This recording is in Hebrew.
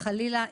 חלילה,